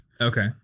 Okay